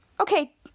okay